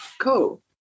Cool